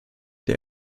der